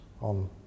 on